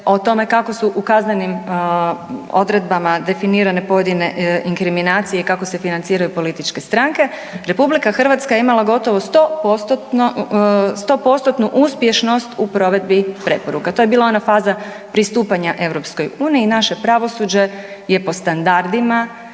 o tome kako su u kaznenim odredbama definirane pojedine inkriminacije i kako se financiraju političke stranke RH je imala gotovo 100% uspješnost u provedbi preporuka. To je bila ona faza pristupanja EU i naše pravosuđe je po standardima